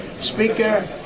Speaker